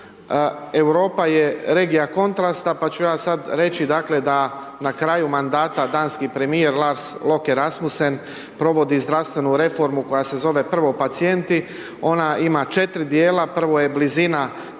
Europa je regija kontrasta, pa ću ja sad reći, dakle, da na kraju mandata, danski premijer Lars Loekke Rasmussen, provodi zdravstvenu reformu koja se zove Prvo pacijenti, ona ima 4 dijela, prvo je blizina dostupnosti